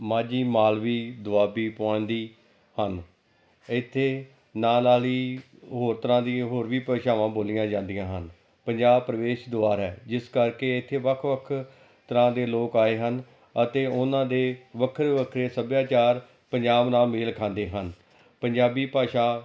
ਮਾਝੀ ਮਾਲਵੀ ਦੁਆਬੀ ਪੁਆਧੀ ਹਨ ਇੱਥੇ ਨਾਲ ਨਾਲ ਹੀ ਹੋਰ ਤਰ੍ਹਾਂ ਦੀ ਹੋਰ ਵੀ ਭਾਸ਼ਾਵਾਂ ਬੋਲੀਆਂ ਜਾਂਦੀਆਂ ਹਨ ਪੰਜਾਬ ਪ੍ਰਵੇਸ਼ ਦੁਆਰ ਹੈ ਜਿਸ ਕਰਕੇ ਇੱਥੇ ਵੱਖ ਵੱਖ ਤਰ੍ਹਾਂ ਦੇ ਲੋਕ ਆਏ ਹਨ ਅਤੇ ਉਹਨਾਂ ਦੇ ਵੱਖਰੇ ਵੱਖਰੇ ਸੱਭਿਆਚਾਰ ਪੰਜਾਬ ਨਾਲ ਮੇਲ ਖਾਂਦੇ ਹਨ ਪੰਜਾਬੀ ਭਾਸ਼ਾ